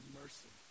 mercy